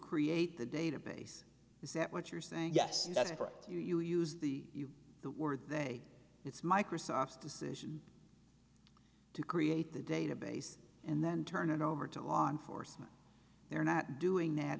create the database is that what you're saying yes that's correct if you use the word they it's microsoft's decision to create the database and then turn it over to law enforcement they're not doing that